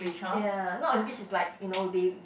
ya not English is like you know they